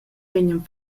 vegnan